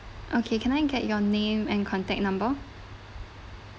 okay can I get your name and contact number